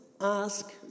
ask